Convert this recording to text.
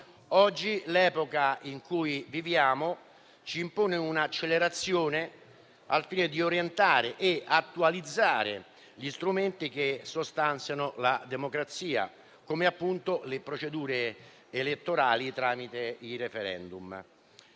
Oggi l'epoca in cui viviamo ci impone un'accelerazione al fine di orientare e attualizzare gli strumenti che sostanziano la democrazia, come appunto le procedure di voto tramite i *referendum*.